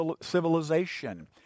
civilization